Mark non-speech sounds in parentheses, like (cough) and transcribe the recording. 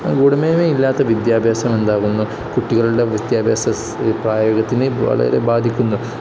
ഗുണമേന്മയില്ലാത്ത വിദ്യാഭ്യാസമുണ്ടാകുന്നു കുട്ടികളുടെ വിദ്യാഭ്യാസ (unintelligible) ഇത് വളരെ ബാധിക്കുന്നു